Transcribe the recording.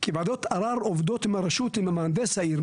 כי וועדות ערר עובדות עם הרשות, עם מהנדס העיר.